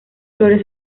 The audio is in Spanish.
flores